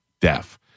deaf